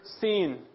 seen